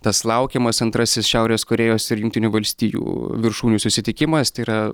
tas laukiamas antrasis šiaurės korėjos ir jungtinių valstijų viršūnių susitikimas tai yra